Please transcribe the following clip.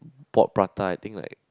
bought prata I think like